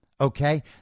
okay